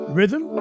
rhythm